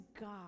God